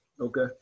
Okay